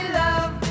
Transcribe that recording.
love